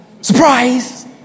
Surprise